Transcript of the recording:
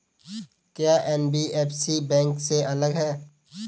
क्या NBFC bank से अलग है?